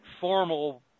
formal